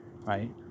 right